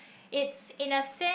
it in a sense